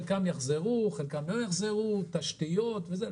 חלקם יחזרו, חלקם לא יחזרו, תשתיות וכן הלאה.